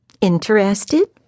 Interested